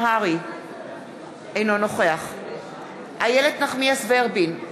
אינו נוכח איילת נחמיאס ורבין,